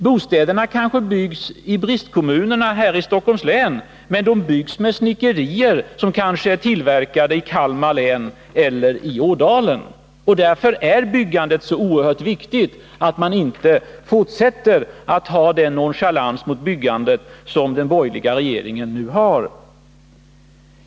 Bostäderna kanske byggs i bristkommunerna här i Stockholms län, men de byggs med snickerier som kanske är tillverkade i Kalmar län eller Ådalen. Därför är det så oerhört viktigt att man inte fortsätter att ha den nonchalans mot byggandet som den borgerliga regeringen nu har.